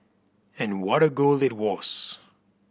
and what a goal it was